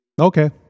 Okay